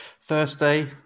Thursday